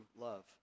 love